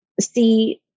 see